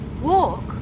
Walk